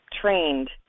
trained